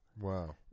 Wow